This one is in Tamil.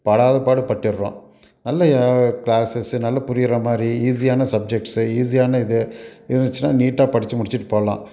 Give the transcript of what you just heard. படாத பாடு பட்டுடுறோம் நல்லா க்ளாசஸ்ஸு நல்லா புரிகிற மாதிரி ஈஸியான சப்ஜெக்ட்ஸ்ஸு ஈஸியான இது இருந்துச்சுன்னா நீட்டாக படித்து முடிச்சுட்டு போகலாம்